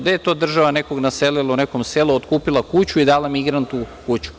Gde je to država nekog naselila u nekom selu, otkupila kuću i dala migrantu kuću?